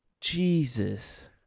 Jesus